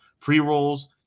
pre-rolls